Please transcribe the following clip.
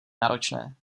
náročné